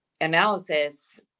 analysis